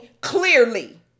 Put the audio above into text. clearly